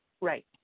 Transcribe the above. Right